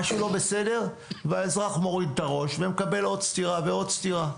משהו לא בסדר והאזרח מוריד את הראש ומקבל עוד סטירה ועוד סטירה,